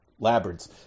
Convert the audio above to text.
labyrinths